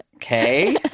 Okay